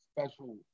special